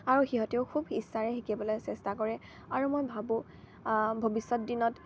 আৰু সিহঁতেও খুব ইচ্ছাৰে শিকিবলৈ চেষ্টা কৰে আৰু মই ভাবোঁ ভৱিষ্যত দিনত